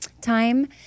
time